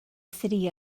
city